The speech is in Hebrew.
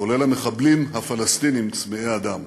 כולל המחבלים הפלסטינים צמאי הדם.